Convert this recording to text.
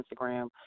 Instagram